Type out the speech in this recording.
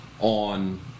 on